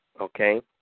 Okay